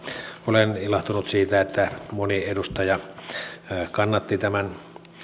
olen ilahtunut siitä että moni edustaja kannatti tämän